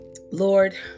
Lord